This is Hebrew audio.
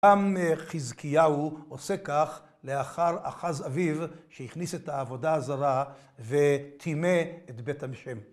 גם חזקיהו עושה כך לאחר אחז אביו שהכניס את העבודה הזרה וטימא את בית ה'.